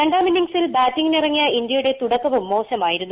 രണ്ടാം ഇന്നിംഗ്സിൽ ബാറ്റിംഗിനിറങ്ങിയി ഇന്ത്യയുടെ തുടക്കവും മോശമായിരുന്നു